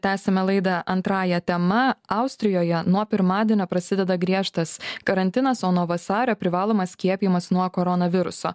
tęsiame laidą antrąja tema austrijoje nuo pirmadienio prasideda griežtas karantinas o nuo vasario privalomas skiepijimas nuo koronaviruso